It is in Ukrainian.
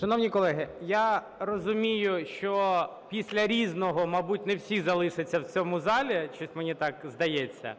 Шановні колеги, я розумію, що після "Різного", мабуть, не всі залишаться в цьому залі, щось мені так здається,